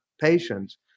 patients